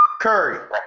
Curry